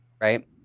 right